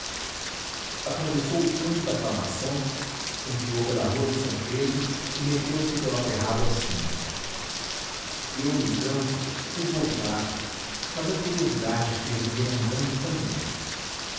atravessou o campo da aclamação enfiou pela rua de s pedro e meteu-se pelo aterrado acima eu no campo quis voltar mas a curiosidade fez-me ir andando também